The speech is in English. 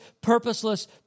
purposeless